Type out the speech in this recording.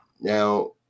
now